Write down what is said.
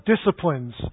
disciplines